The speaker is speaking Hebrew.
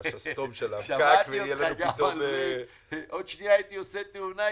השסתום של הפקק ויהיה לנו פתאום --- עוד שנייה הייתי עושה תאונה,